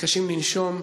מתקשים לנשום,